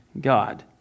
God